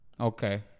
Okay